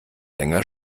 länger